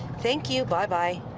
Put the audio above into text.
thank you, bye-bye.